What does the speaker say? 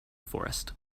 forest